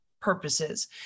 purposes